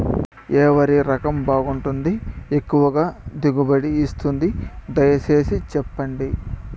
ఏ వరి రకం బాగుంటుంది, ఎక్కువగా దిగుబడి ఇస్తుంది దయసేసి చెప్పండి?